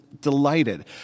delighted